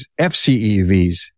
FCEVs